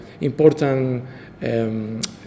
important